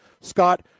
Scott